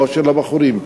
או של הבחורים,